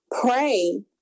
pray